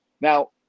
Now